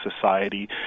society